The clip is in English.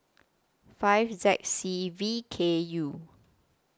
five Z C V K U